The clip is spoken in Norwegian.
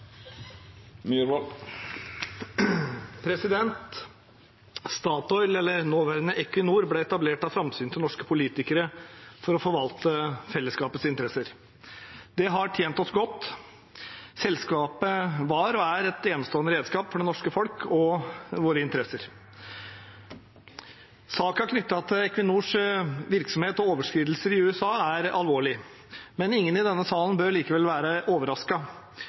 eller nåværende Equinor, ble etablert av framsynte norske politikere for å forvalte fellesskapets interesser. Det har tjent oss godt. Selskapet var – og er – et enestående redskap for det norske folk og våre interesser. Saken knyttet til Equinors virksomhet og overskridelser i USA er alvorlig, men ingen i denne salen bør likevel